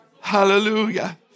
Hallelujah